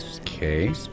Okay